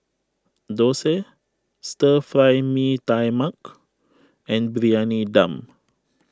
Dosa Stir Fry Mee Tai Mak and Briyani Dum